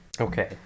Okay